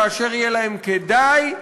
כאשר יהיה להם כדאי,